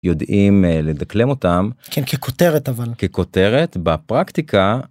יודעים לדקלם אותם ככותרת אבל ככותרת בפרקטיקה.